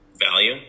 value